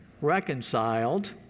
Reconciled